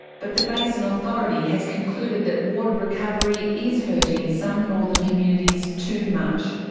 but the basin authority has concluded that water recovery is hurting some northern communities too much.